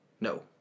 No